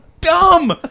dumb